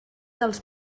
dels